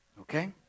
Okay